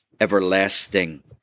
everlasting